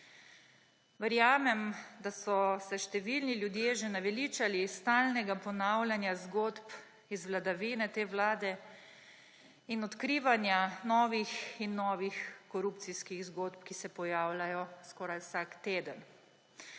Verjamem, da so se številni ljudje že naveličali stalnega ponavljanja zgodb iz vladavine te vlade in odkrivanja novih in novih korupcijskih zgodb, ki se pojavljajo skoraj vsak teden.